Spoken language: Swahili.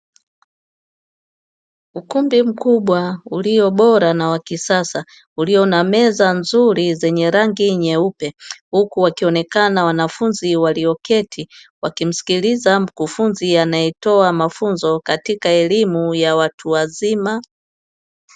Ukumbi mkubwa ulio bora na wa kisasa, ulio na meza nzuri zenye rangi nyeupe, huku wakionekana wanafunzi walioketi wakimsikiliza mkufunzi anayetoa mafunzo katika elimu ya watu wazima.